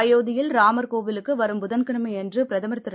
அயோத்தியில் ராமர் கோவிலுக்குவரும் புதன்கிழமையன்றுபிரதமர் திரு